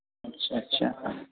اچھا اچھا